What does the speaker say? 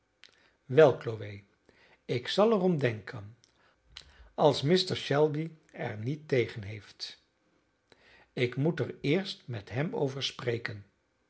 wel chloe ik zal er om denken als mr shelby er niet tegen heeft ik moet er eerst met hem over spreken